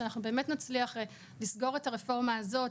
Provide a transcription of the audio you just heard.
שבאמת נצליח לסגור את הרפורמה הזאת,